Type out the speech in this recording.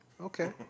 Okay